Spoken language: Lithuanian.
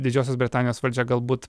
didžiosios britanijos valdžia galbūt